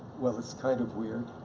well it's kind of weird.